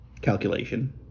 calculation